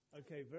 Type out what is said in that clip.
okay